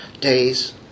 days